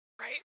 Right